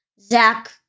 Zach